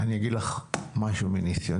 אני אגיד לך משהו מניסיוני,